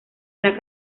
una